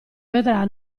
vedrà